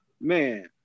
Man